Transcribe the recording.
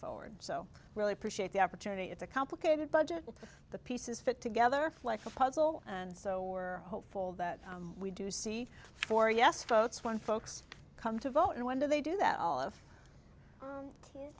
forward so really appreciate the opportunity it's a complicated budget the pieces fit together like a puzzle and so we're hopeful that we do see four yes votes when folks come to vote and when do they do that all of